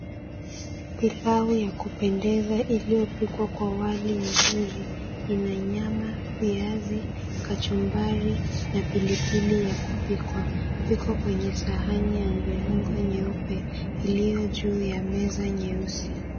Pilau ya kupendeza iliyopikwa kwa wali mzuri, ina nyama, viazi, kachumbari na pilipili ya kupikwa. Viko kwenye sahani ya mviringo nyeupe, iliyo juu ya meza nyeusi.